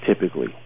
typically